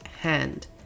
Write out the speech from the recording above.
hand